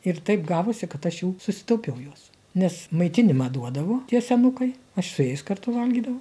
ir taip gavosi kad aš jau susitaupiau juos nes maitinimą duodavo tie senukai aš su jais kartu valgydavau